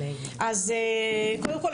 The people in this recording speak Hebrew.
קודם כל,